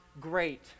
great